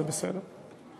זה בסדר.